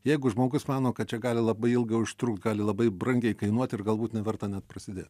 jeigu žmogus mano kad čia gali labai ilgai užtrukt gali labai brangiai kainuoti ir galbūt neverta net prasidėt